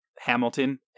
Hamilton